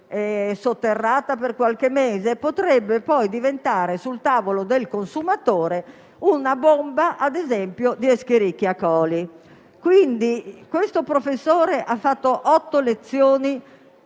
sotterrata per qualche mese potrebbe poi diventare, sul tavolo del consumatore, una bomba, ad esempio a causa dell'escherichia coli. Questo professore ha fatto otto lezioni